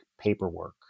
paperwork